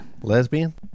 Lesbian